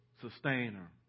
Sustainer